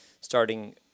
starting